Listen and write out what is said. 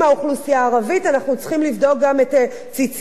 האוכלוסייה הערבית אנחנו צריכים לבדוק גם בציציותינו.